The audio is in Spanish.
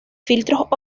filtros